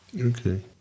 Okay